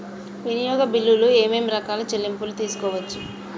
వినియోగ బిల్లులు ఏమేం రకాల చెల్లింపులు తీసుకోవచ్చు?